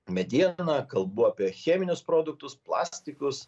medieną kalbu apie cheminius produktus plastikus